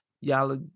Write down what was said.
y'all